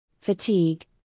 fatigue